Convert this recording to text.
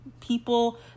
people